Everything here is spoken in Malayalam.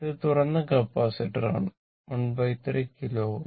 ഇത് തുറന്ന കപ്പാസിറ്ററാണ് 13 കിലോ Ω